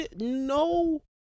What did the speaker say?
no